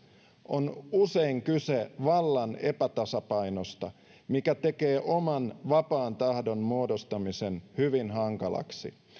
on usein kyse vallan epätasapainosta mikä tekee oman vapaan tahdon muodostamisen hyvin hankalaksi